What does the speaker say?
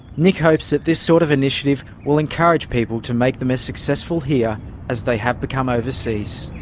nick hopes that this sort of initiative will encourage people to make them as successful here as they have become overseas.